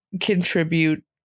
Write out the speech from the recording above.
contribute